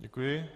Děkuji.